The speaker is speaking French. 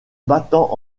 battant